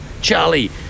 charlie